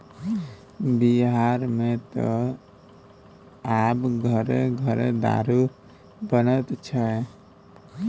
बिहारमे त आब घरे घर दारू बनैत छै